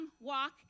walk